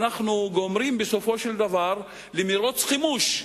אנחנו גורמים בסופו של דבר למירוץ חימוש.